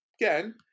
again